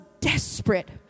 desperate